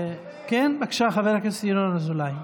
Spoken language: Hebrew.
כן, בבקשה, חבר הכנסת ינון אזולאי.